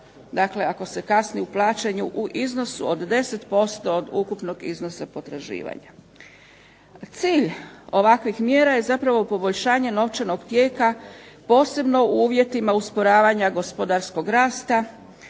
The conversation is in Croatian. dakle ako se kasni u plaćanju, u iznosu od 10% od ukupnog iznosa potraživanja. Cilj ovakvih mjera je poboljšanje novčanog tijeka posebno u uvjetima usporavanja gospodarskog rasta,